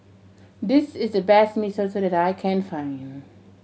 this is the best Mee Soto that I can find